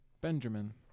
Benjamin